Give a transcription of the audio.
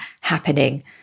happening